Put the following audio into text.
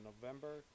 November